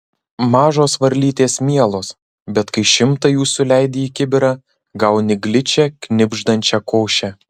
mažos varlytės mielos bet kai šimtą jų suleidi į kibirą gauni gličią knibždančią košę